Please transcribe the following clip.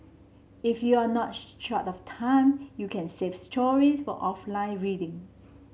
if you are not short of time you can save stories for offline reading